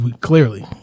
clearly